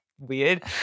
weird